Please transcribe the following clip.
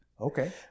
Okay